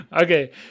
Okay